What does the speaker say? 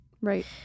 Right